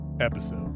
episode